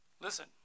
Listen